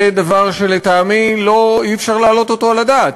זה דבר, לטעמי, שאי-אפשר להעלות אותו על הדעת,